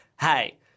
hey